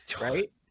right